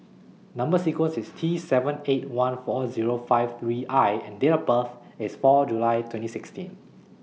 Number sequence IS T seven eight one four Zero five three I and Date of birth IS four July twenty sixteen